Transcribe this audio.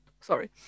Sorry